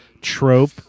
trope